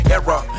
Error